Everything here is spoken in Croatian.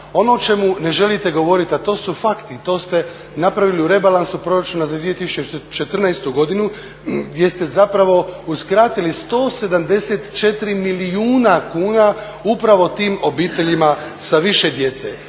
Ono o čemu ne želite govoriti, a to su fakti, to ste napravili u rebalansu proračuna za 2014. godinu gdje ste zapravo uskratili 174 milijuna kuna upravo tim obiteljima sa više djece